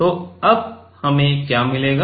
तो अब हमें क्या मिलेगा